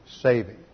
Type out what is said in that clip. saving